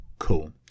cool